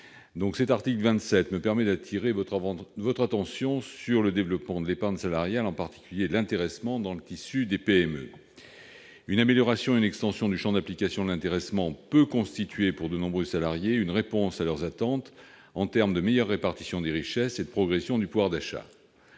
... Cet article 57 me permet d'attirer votre attention sur le développement de l'épargne salariale, en particulier l'intéressement, dans le tissu des PME. Une amélioration et une extension du champ d'application de l'intéressement peuvent constituer pour de nombreux salariés une réponse à leurs attentes en termes de meilleure répartition des richesses et de progression du pouvoir d'achat.